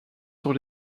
sur